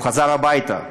הוא חזר הביתה.